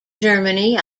germany